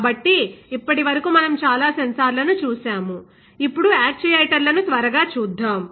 కాబట్టి ఇప్పటి వరకు మనం చాలా సెన్సార్లను చూశాము ఇప్పుడు యాక్చుయేటర్లను త్వరగా చూద్దాం